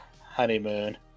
honeymoon